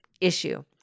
issue